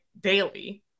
daily